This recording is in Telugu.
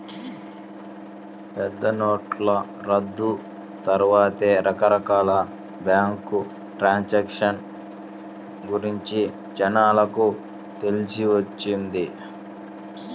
పెద్దనోట్ల రద్దు తర్వాతే రకరకాల బ్యేంకు ట్రాన్సాక్షన్ గురించి జనాలకు తెలిసొచ్చింది